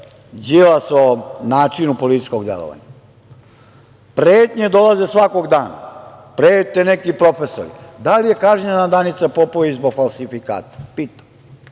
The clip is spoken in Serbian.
Đilasovom načinu političkog delovanja. Pretnje dolaze svakog dana, prete neki profesori. Da li je kažnjena Danica Popović zbog falsifikata, pitam?